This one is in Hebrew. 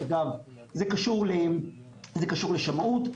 זה קשור לשמאות,